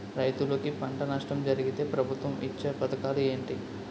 రైతులుకి పంట నష్టం జరిగితే ప్రభుత్వం ఇచ్చా పథకాలు ఏంటి?